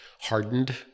hardened